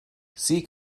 sie